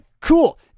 cool